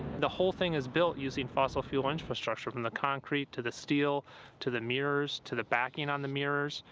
the whole thing is built using fossil fuel infrastructure, from the concrete to the steel to the mirrors, to the backing on the mirrors.